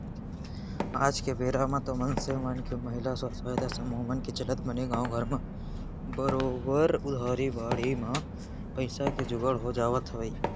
आज के बेरा म तो मनसे मन के महिला स्व सहायता समूह मन के चलत बने गाँवे घर म बरोबर उधारी बाड़ही म पइसा के जुगाड़ हो जावत हवय